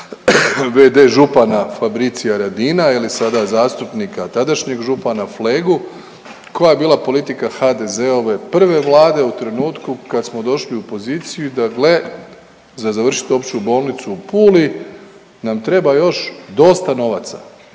župana Fabrizia Radina ili sada zastupnika, a tadašnjeg župana Flegu koja je bila politika HDZ-ove prve Vlade u trenutku kad smo došli u poziciju da gle, za završiti Opću bolnicu u Puli nam treba još dosta novaca.